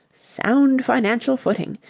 sound financial footing.